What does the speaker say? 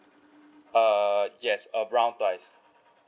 uh yes around twice